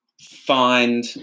find